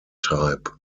type